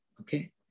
Okay